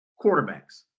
quarterbacks